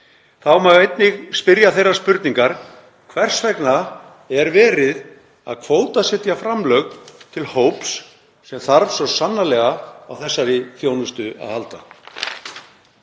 Þá má einnig spyrja þeirrar spurningar: Hvers vegna er verið að kvótasetja framlög til hóps sem þarf svo sannarlega á þessari þjónustu að halda?